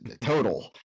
total